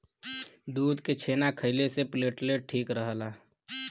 दूध के छेना खइले से प्लेटलेट ठीक रहला